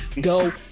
go